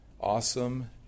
awesome